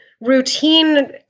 routine